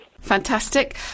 Fantastic